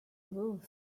roof